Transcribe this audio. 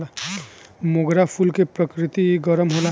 मोगरा फूल के प्रकृति गरम होला